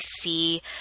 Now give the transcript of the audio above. see